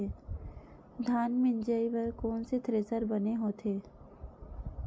धान मिंजई बर कोन से थ्रेसर बने होथे?